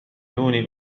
دون